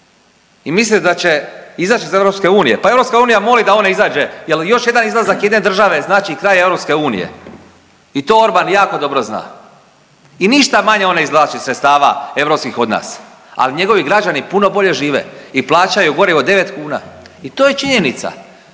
I mislite da će izaći iz EU? Pa EU moli da on ne izađe jel još jedan izlazak jedne države znači kraj EU. I to Orban jako dobro zna i ništa manje on ne izvlači sredstava europskih od nas, ali njegovi građani puno bolje žive i plaćaju gorivo 9 kuna. I to je činjenica.